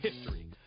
history